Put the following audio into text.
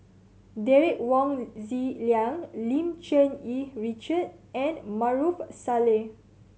Derek Wong Zi Liang Lim Cherng Yih Richard and Maarof Salleh